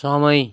समय